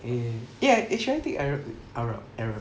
and eh should I take arab arab arab